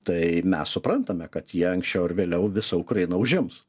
tai mes suprantame kad jie anksčiau ar vėliau visą ukrainą užims